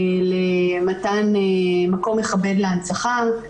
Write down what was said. למתן מקום מכבד להנצחה,